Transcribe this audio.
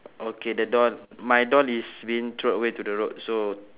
okay the doll my doll is being thrown away to the road so